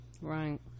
Right